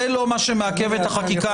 זה לא מה שמעכב את החקיקה.